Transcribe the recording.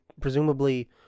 presumably